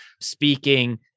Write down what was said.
speaking